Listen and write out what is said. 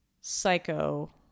psycho